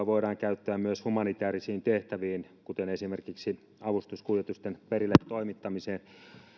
voidaan käyttää myös humanitäärisiin tehtäviin kuten esimerkiksi avustuskuljetusten perille toimittamiseen